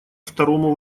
второму